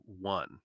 one